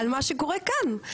על מה שקורה כאן,